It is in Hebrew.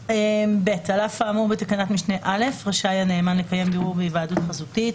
על אף האמור בתקנת משנה (א) רשאי הנאמן לקיים בירור בהיוועדות חזותית